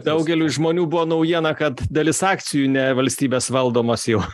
daugeliui žmonių buvo naujiena kad dalis akcijų ne valstybės valdomos jau